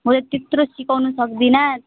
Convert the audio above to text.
मैले त्यत्रो सिकाउनु सक्दिनँ